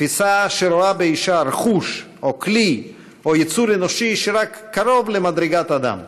תפיסה שרואה באישה רכוש או כלי או יצור אנושי שרק קרוב למדרגת אדם.